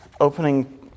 opening